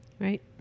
right